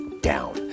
down